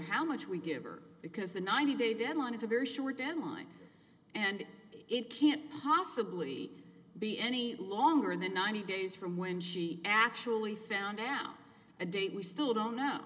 how much we give or because the ninety day deadline is a very short deadline and it can't possibly be any longer than ninety days from when she actually found out a date we still don't know